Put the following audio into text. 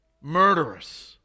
murderous